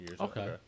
Okay